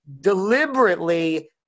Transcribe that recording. deliberately